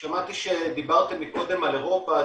שמעתי שדיברתם מקודם על אירופה,